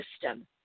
system